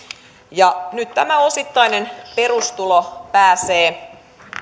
ja nyt tämä osittainen perustulo pääsee